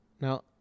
now